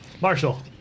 Marshall